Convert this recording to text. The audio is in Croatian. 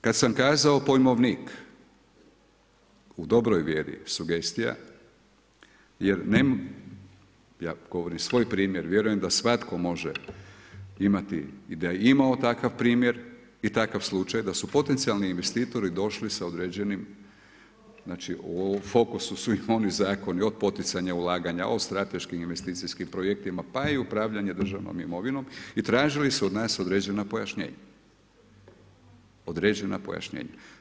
Kad sam kazao pojmovnik u dobroj vjeri sugestija, jer ja govorim svoj primjer, vjerujem da svatko može imati i da je imao takav primjer i takav slučaj i da su potencijalni investitori došli sa određenim, znači u fokusu su i oni zakoni od poticanja ulaganja, od strateških investicijskim projektima pa i upravljanja državnom imovinom i tražili su od nas određena pojašnjenja, određena pojašnjenja.